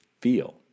feel